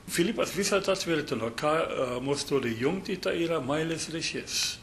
filipas visą tą tvirtino ką mus turi jungti tai yra meilės ryšys